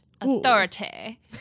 authority